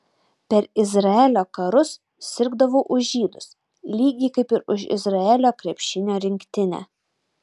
per izraelio karus sirgdavau už žydus lygiai kaip ir už izraelio krepšinio rinktinę